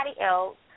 else